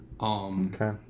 Okay